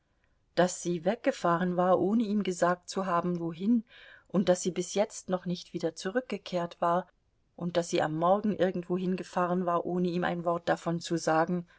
daß sie weggefahren war ohne ihm gesagt zu haben wohin und daß sie bis jetzt noch nicht wieder zurückgekehrt war und daß sie am morgen irgendwohin gefahren war ohne ihm ein wort davon zu sagen